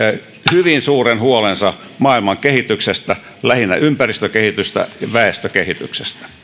hyvin suuren huolensa maailman kehityksestä lähinnä ympäristökehityksestä ja väestökehityksestä